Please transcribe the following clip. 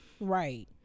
Right